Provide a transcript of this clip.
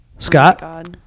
Scott